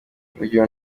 rujugiro